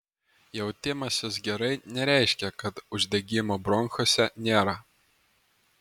jautimasis gerai nereiškia kad uždegimo bronchuose nėra